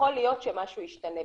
יכול להיות שמשהו ישתנה.